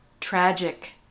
tragic